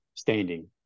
standing